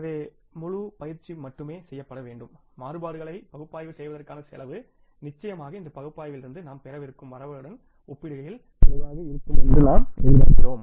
எனவே முழு பயிற்சி மட்டுமே செய்யப்பட வேண்டும் மாறுபாடுகளை பகுப்பாய்வு செய்வதற்கான செலவு நிச்சயமாக இந்த பகுப்பாய்விலிருந்து நாம் பெறவிருக்கும் வரவுகளுடன் ஒப்பிடுகையில் குறைவாக இருக்கும் என்று நாம் எதிர்பார்க்கிறோம்